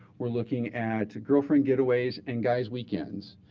were looking at girlfriend getaways, and guys weekends.